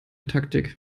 taktik